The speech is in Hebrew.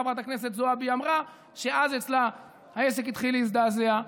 חברת הכנסת זועבי אמרה שאז אצלה העסק התחיל להזדעזע,